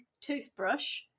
toothbrush